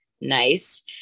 nice